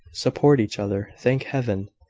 support each other! thank heaven!